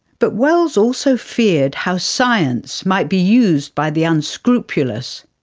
but wells also feared how science might be used by the unscrupulous.